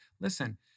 listen